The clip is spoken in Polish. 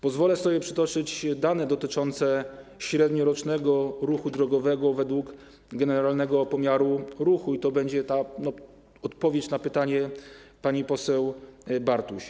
Pozwolę sobie przytoczyć dane dotyczące średniorocznego ruchu drogowego według generalnego pomiaru ruchu i to będzie odpowiedź na pytanie pani poseł Bartuś.